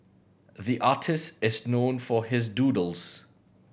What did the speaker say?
the artist is known for his doodles